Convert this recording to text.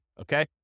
okay